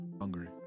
Hungry